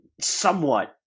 somewhat